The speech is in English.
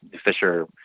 Fisher